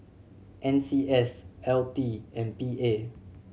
N C S L T and P A